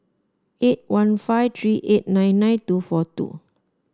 eight one five three eight nine nine two four two